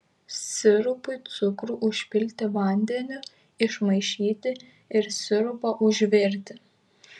sirupui cukrų užpilti vandeniu išmaišyti ir sirupą užvirti